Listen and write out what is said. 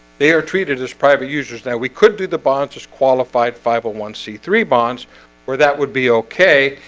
they are treated as private users. now we could do the bonds as qualified five zero one c three bonds where that would be okay,